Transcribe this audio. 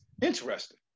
Interesting